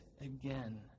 again